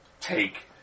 take